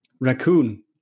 Raccoon